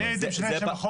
אני הייתי משנה את שם החוק,